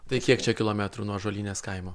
tai kiek čia kilometrų nuo ąžuolynės kaimo